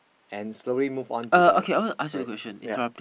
and slowly move on to the alright yea